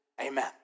Amen